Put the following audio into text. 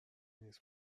نیست